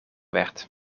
werd